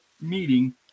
meeting